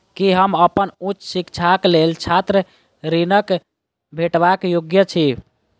की हम अप्पन उच्च शिक्षाक लेल छात्र ऋणक भेटबाक योग्य छी?